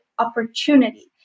opportunity